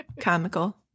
comical